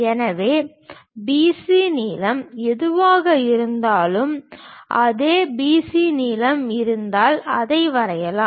எனவே B C நீளம் எதுவாக இருந்தாலும் அதே B C நீளம் இருந்தால் அதை வரைவோம்